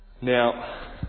Now